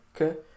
Okay